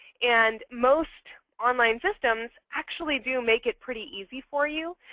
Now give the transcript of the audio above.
and most online systems actually do make it pretty easy for you.